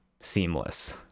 seamless